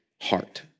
heart